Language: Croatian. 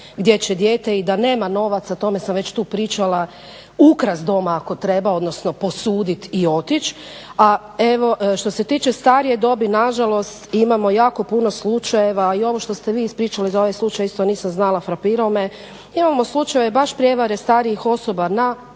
gdje će dijete i da nema novaca, o tome sam već tu pričala, ukrasti doma ako treba, odnosno posuditi i otići, a evo, što se tiče starije dobi, nažalost imamo jako puno slučajeva i ovo što ste vi ispričali za ovaj slučaj, isto nisam znala, frapirao me. Da imamo slučajeve baš prevare starijih osoba na